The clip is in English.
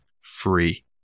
free